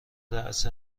رآس